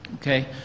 Okay